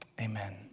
Amen